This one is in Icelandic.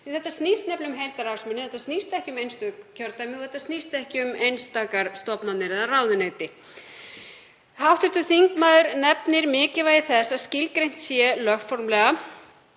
Þetta snýst ekki um einstök kjördæmi og þetta snýst ekki um einstakar stofnanir eða ráðuneyti. Hv. þingmaður nefnir mikilvægi þess að skilgreint sé lögformlega